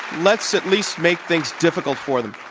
let's at least make things difficult for them.